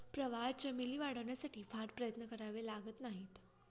प्रवाळ चमेली वाढवण्यासाठी फार प्रयत्न करावे लागत नाहीत